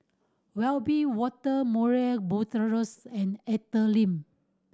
Wiebe Wolter Murray Buttrose and Arthur Lim